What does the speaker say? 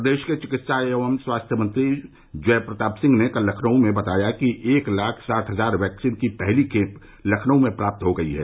प्रदेश के चिकित्सा एवं स्वास्थ्य मंत्री जय प्रताप सिंह ने कल लखनऊ में बताया कि एक लाख साठ हजार वैक्सीन की पहली खेप लखनऊ में प्राप्त हो गई है